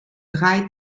drei